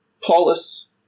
Paulus